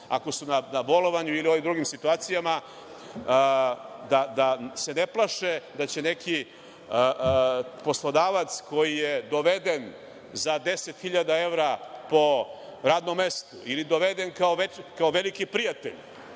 ako su na bolovanju ili u ovim drugim situacijama, da se ne plaše da će neki poslodavac tamo koji je doveden za 10 hiljada evra po radnom mestu, ili doveden kao veliki prijatelj